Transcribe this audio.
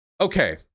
Okay